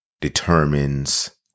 determines